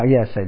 Yes